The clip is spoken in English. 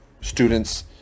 students